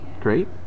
great